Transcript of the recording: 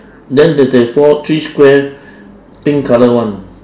then that there four three square pink colour [one]